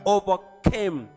overcame